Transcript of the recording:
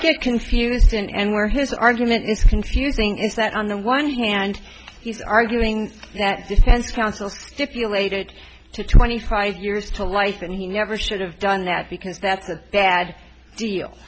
get confused and where his argument is confusing is that on the one hand he's arguing that defense counsel stipulated to twenty five years to life that he never should have done that because that's a bad deal